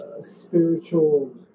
spiritual